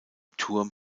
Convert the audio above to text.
turm